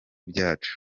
byacu